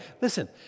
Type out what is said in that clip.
Listen